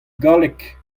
galleg